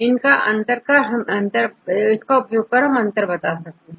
इसका उपयोग कर हम अंतर बता सकते हैं